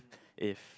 if